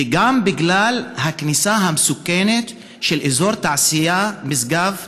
וגם בגלל הכניסה המסוכנת של אזור התעשייה משגב תרדיון.